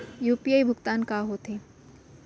UPI भुगतान का होथे?